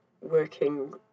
working